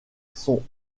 son